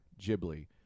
Ghibli